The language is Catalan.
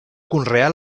conrear